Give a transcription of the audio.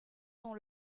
dans